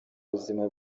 buzima